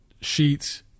sheets